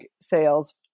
sales